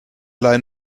leihen